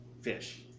fish